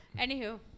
Anywho